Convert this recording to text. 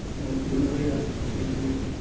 the malaria went away.